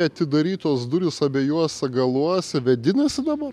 atidarytos durys abiejuose galuose vėdinasi dabar